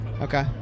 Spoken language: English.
Okay